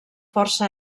força